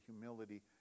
humility